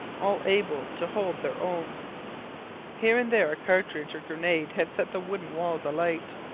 all able to hold their own here and there a cartridge or grenade had set the wooden walls alight.